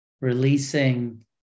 releasing